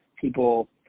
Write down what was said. people